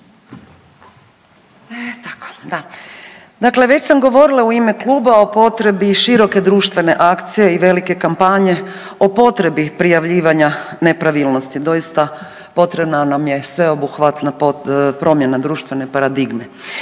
Dakle, već sam govorila u ime kluba o potrebi široke društvene akcije i velike kampanje o potrebi prijavljivanja nepravilnosti, doista potrebna nam je sveobuhvatna promjena društvene paradigme.